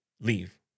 leave